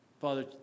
Father